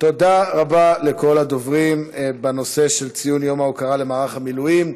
תודה רבה לכל הדוברים בנושא של ציון יום ההוקרה למערך המילואים.